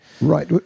Right